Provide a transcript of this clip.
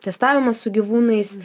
testavimą su gyvūnais